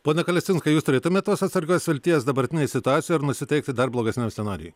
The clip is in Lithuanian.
pone kalesinskai jūs turėtumėt tos atsargios vilties dabartinėj situacijoj ar nusiteikti dar blogesniam scenarijui